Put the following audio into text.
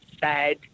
sad